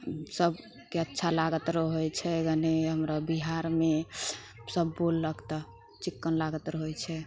सभके अच्छा लागैत रहै छै हमरा बिहारमे सभ बोललक तऽ चिक्कन लागैत रहै छै